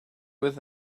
with